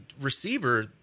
receiver